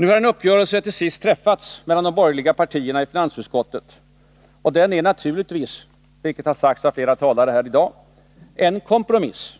Nu har en uppgörelse till sist träffats mellan de borgerliga partierna i finansutskottet, och den är naturligtvis — vilket har sagts av flera talare tidigare i dag — en kompromiss.